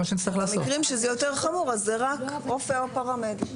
במקרים שזה יותר חמור אז זה רק רופא או פרמדיק,